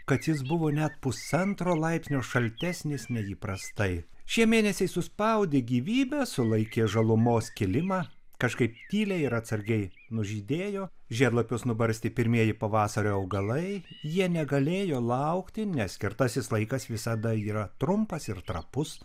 kad jis buvo net pusantro laipsnio šaltesnis nei įprastai šie mėnesiai suspaudė gyvybę sulaikė žalumos kilimą kažkaip tyliai ir atsargiai nužydėjo žiedlapius nubarstė pirmieji pavasario augalai jie negalėjo laukti nes skirtasis laikas visada yra trumpas ir trapus